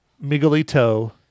Miguelito